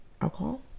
alcohol